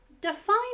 define